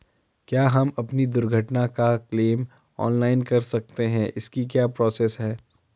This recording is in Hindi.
क्या हम अपनी दुर्घटना का क्लेम ऑनलाइन कर सकते हैं इसकी क्या प्रोसेस है?